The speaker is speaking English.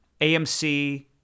AMC